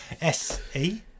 S-E